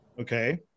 Okay